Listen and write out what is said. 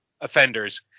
offenders